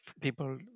people